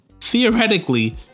theoretically